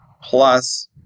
plus